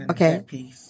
Okay